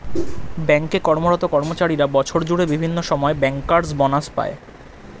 bank এ কর্মরত কর্মচারীরা বছর জুড়ে বিভিন্ন সময়ে ব্যাংকার্স বনাস পায়